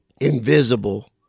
invisible